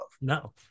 No